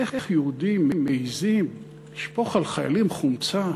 איך יהודים מעזים לשפוך על חיילים חומצה?